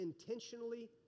intentionally